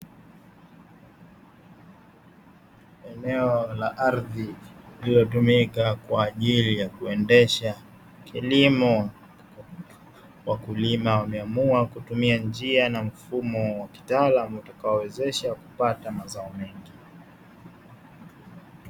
Eneo la ardhi linalotumika kwaajili ya kuendesha kilimo, wakulima wameamua kutumia njia na mfumo wa kitaalamu wa kuwezesha kupata mazao mengi.